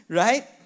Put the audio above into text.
right